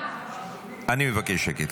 אני מבקש שקט.